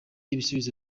ibisubizo